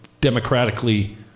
democratically